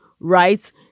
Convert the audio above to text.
Right